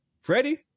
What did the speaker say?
Freddie